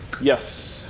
yes